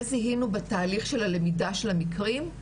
זיהינו בתהליך של הלמידה של המקרים,